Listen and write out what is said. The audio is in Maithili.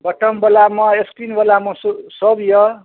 बटम बलामे स्क्रीनबलामे सँ सभ यऽ